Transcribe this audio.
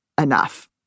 enough